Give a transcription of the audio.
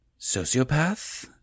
sociopath